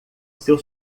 seu